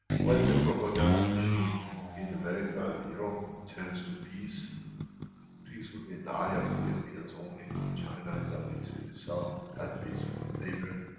when the propaganda machine in america and in europe turns to peace peace will be in the eye of the europeans only. china is at peace with itself, at peace with its neighbour,